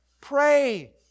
Pray